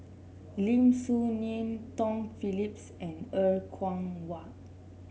Lim Soo Ngee Tom Phillips and Er Kwong Wah